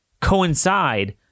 coincide